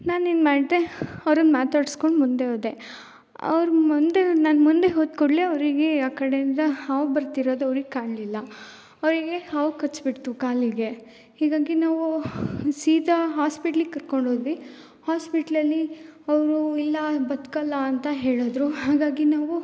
ನಾನೇನು ಮಾಡ್ದೆ ಅವ್ರನ್ನ ಮಾತಾಡಿಸ್ಕೊಂಡು ಮುಂದೆ ಹೋದೆ ಅವ್ರ ಮುಂದೆ ನಾನು ಮುಂದೆ ಹೋದ ಕೂಡಲೆ ಅವರಿಗೆ ಆ ಕಡೆಯಿಂದ ಹಾವು ಬರ್ತಿರೋದು ಅವ್ರಿಗೆ ಕಾಣಲಿಲ್ಲ ಅವರಿಗೆ ಹಾವು ಕಚ್ಚಿಬಿಡ್ತು ಕಾಲಿಗೆ ಹೀಗಾಗಿ ನಾವು ಸೀದಾ ಹಾಸ್ಪಿಟ್ಲಿಗೆ ಕರ್ಕೊಂಡೋದ್ವಿ ಹಾಸ್ಪಿಟ್ಲಲ್ಲಿ ಅವರು ಇಲ್ಲ ಬದುಕೋಲ್ಲ ಅಂತ ಹೇಳಿದ್ರು ಹಾಗಾಗಿ ನಾವು